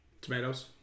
Tomatoes